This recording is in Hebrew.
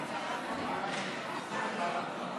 התשע"ח 2017,